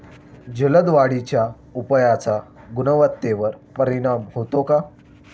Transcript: जलद वाढीच्या उपायाचा गुणवत्तेवर परिणाम होतो का?